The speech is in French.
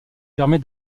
permet